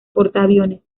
portaaviones